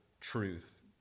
truth